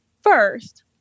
first